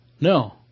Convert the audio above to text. No